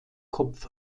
kopf